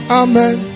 amen